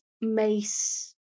mace